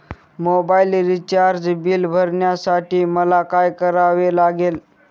Mobile recharge bill भरण्यासाठी मला काय करावे लागेल?